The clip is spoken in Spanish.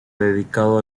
dedicado